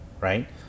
right